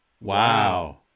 Wow